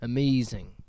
Amazing